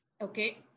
okay